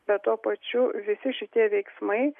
bet tuo pačiu visi šitie veiksmai